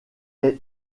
est